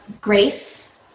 Grace